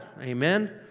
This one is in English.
Amen